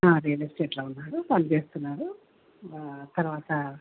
real ఎస్టేట్లో ఉన్నాడు పని చేస్తున్నాడు తర్వాత